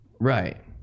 Right